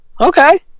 Okay